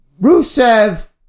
Rusev